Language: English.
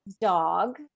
dog